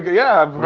yeah.